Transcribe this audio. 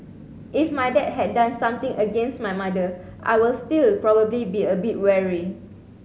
if my dad had done something against my mother I will still probably be a bit wary